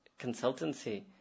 consultancy